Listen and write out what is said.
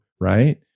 right